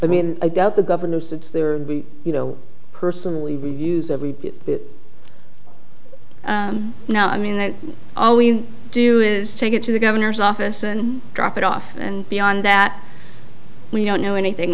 i mean i've got the governor since they're you know personally reviews of it now i mean that's all we do is take it to the governor's office and drop it off and beyond that we don't know anything